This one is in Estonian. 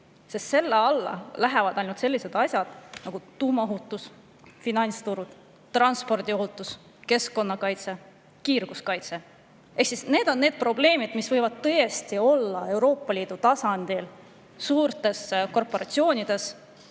sest selle alla lähevad ainult sellised asjad nagu tuumaohutus, finantsturud, transpordiohutus, keskkonnakaitse ja kiirguskaitse. Ehk siis need on need probleemid, mis võivad tõesti olla Euroopa Liidu tasandil suurtes korporatsioonides.